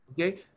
okay